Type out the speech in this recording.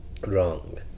Wrong